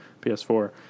PS4